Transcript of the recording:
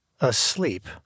asleep